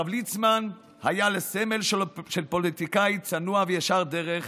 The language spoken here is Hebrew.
הרב ליצמן היה לסמל של פוליטיקאי צנוע וישר דרך